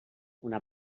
una